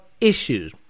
issues